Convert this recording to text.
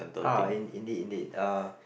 ah in~ indeed indeed uh